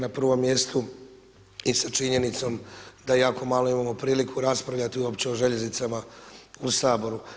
Na prvom mjestu i sa činjenicom da jako malo imamo priliku raspravljati uopće o željeznicama u Saboru.